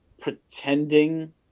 pretending